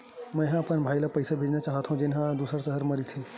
मेंहा अपन भाई ला पइसा भेजना चाहत हव, जेन हा दूसर शहर मा रहिथे